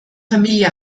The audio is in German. familie